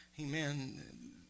Amen